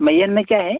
मइहर में क्या है